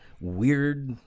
weird